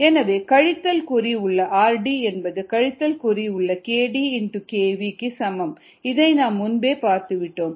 எனவே கழித்தல் குறி உள்ள rd என்பது கழித்தல் குறி உள்ள kd xv க்கு சமம் இதை நாம் முன்பே பார்த்துவிட்டோம்